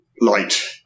Light